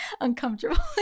uncomfortable